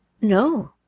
No